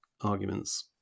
arguments